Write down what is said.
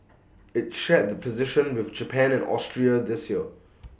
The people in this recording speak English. IT shared the position with Japan and Austria this year